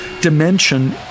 dimension